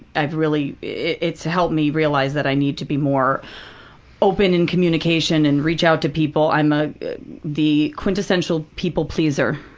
i've really, it's helped me realize that i need to be more open in communication and reach out to people. i'm ah the quintessential people pleaser.